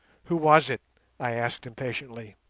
who was it i asked impatiently.